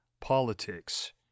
politics